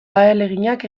ahaleginak